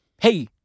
Hey